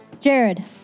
Jared